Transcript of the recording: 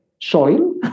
soil